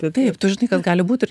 taip tu žinai kas gali būti ir